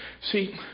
See